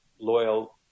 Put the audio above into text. loyal